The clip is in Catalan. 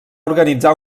organitzar